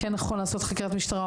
אז כן נכון לעשות חקירת משטרה,